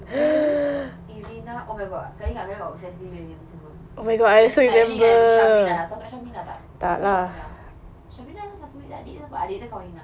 bailee arina oh my god kakak ingat I obsessed gila dengan semua ini then kakak dengan sabrina [tau] kakak sabrina tak adik dia kahwin dengan